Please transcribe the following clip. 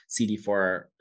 CD4